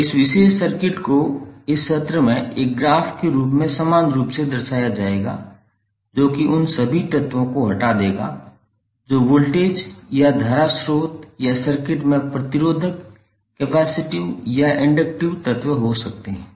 तो इस विशेष सर्किट को इस सत्र में एक ग्राफ के रूप में समान रूप से दर्शाया जाएगा जो कि उन सभी तत्वों को हटा देगा जो वोल्टेज या धारा स्रोत या सर्किट में प्रतिरोधक कैपेसिटिव या इंडक्टिव तत्व हो सकते हैं